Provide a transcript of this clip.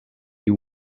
you